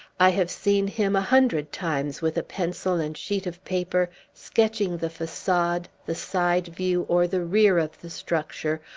i have seen him, a hundred times, with a pencil and sheet of paper, sketching the facade, the side-view, or the rear of the structure,